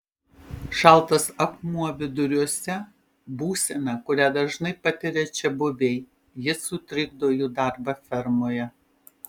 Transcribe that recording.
šaltas akmuo viduriuose būsena kurią dažnai patiria čiabuviai ji sutrikdo jų darbą fermoje